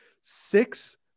six